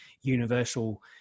universal